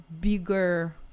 bigger